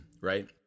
right